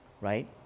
right